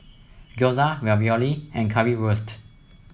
Gyoza Ravioli and Currywurst